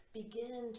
begin